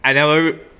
I never re~